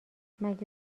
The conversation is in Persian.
مگه